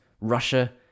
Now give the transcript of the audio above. Russia